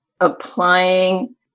applying